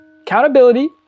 accountability